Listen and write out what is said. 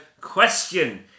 question